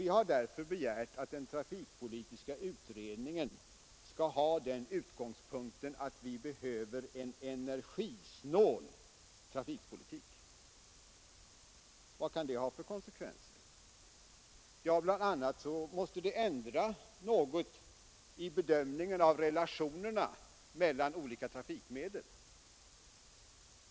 Vi har därför begärt att den trafikpolitiska utredningen skall arbeta med den utgångspunkten att vi behöver en energisnål trafik. Vad kan det kan ha för konsekvenser? Ja, bl.a. måste vi ändra litet på bedömningen av relationerna mellan olika trafikmedel.